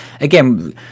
again